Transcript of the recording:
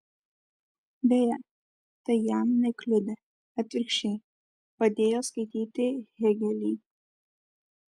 beje tai jam nekliudė atvirkščiai padėjo skaityti hėgelį